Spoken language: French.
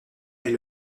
est